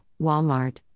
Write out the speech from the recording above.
Walmart